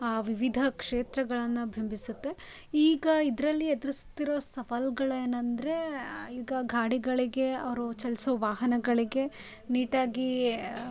ವಿವಿಧ ಕ್ಷೇತ್ರಗಳನ್ನು ಬಿಂಬಿಸುತ್ತೆ ಈಗ ಇದರಲ್ಲಿ ಎದುರಿಸ್ತಿರುವ ಸವಾಲುಗಳೇನಂದ್ರೆ ಈಗ ಗಾಡಿಗಳಿಗೆ ಅವರು ಚಲಿಸೋ ವಾಹನಗಳಿಗೆ ನೀಟಾಗಿ